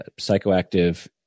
psychoactive